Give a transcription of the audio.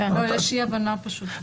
יש אי הבנה פשוט.